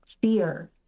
fear